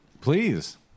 Please